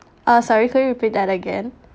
uh sorry could you repeat that again